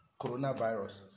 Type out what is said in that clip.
coronavirus